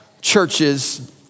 churches